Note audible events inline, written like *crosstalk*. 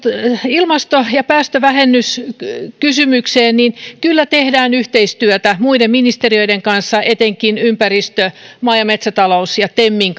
ilmasto ja päästövähennyskysymykseen kyllä tehdään yhteistyötä muiden ministeriöiden kanssa etenkin ympäristö sekä maa ja metsätalousministeriön ja temin *unintelligible*